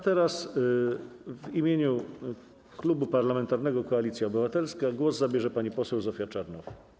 Teraz w imieniu Klubu Parlamentarnego Koalicja Obywatelska głos zabierze pani poseł Zofia Czernow.